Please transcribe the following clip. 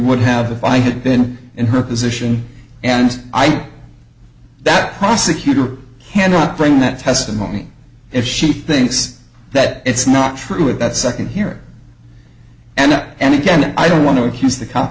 would have if i had been in her position and i that prosecutor cannot bring that testimony if she thinks that it's not true with that second here and that and again i don't want to accuse the c